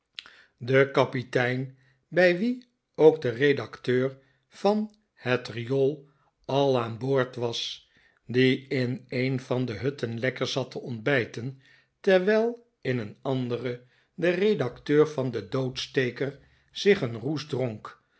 de kapitein bij wien ook de redacteur van het riool al aan boord was die in een van de hut ten lekker zat te ontbijten terwijl in een andere de redacteur van de doodsteker zich een roes dronk